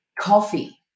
coffee